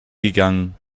gegangen